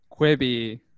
Quibi